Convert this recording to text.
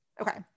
Okay